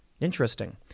Interesting